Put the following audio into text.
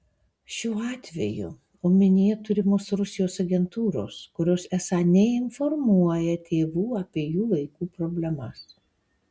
šiuo atveju omenyje turimos rusijos agentūros kurios esą neinformuoja tėvų apie jų vaikų problemas